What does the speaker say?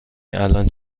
الان